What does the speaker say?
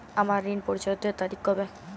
আমার ঋণ পরিশোধের তারিখ কবে?